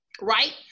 Right